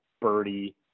birdie